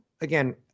again